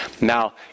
Now